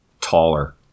taller